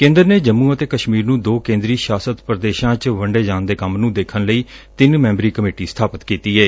ਕੇਂਦਰ ਨੇ ਜੰਮੁ ਅਤੇ ਕਸ਼ਮੀਰ ਨੂੰ ਦੋ ਕੇਂਦਰੀ ਸ਼ਾਸਤ ਪ੍ਰਦੇਸ਼ਾਂ ਚ ਵੰਡੇ ਜਾਣ ਦੇ ਕੰਮ ਨੂੰ ਦੇਖਣ ਲਈ ਤਿੰਨ ਮੈਂਬਰੀ ਕਮੇਟੀ ਸਬਾਪਤ ਕੀਤੀ ਏ